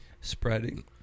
spreading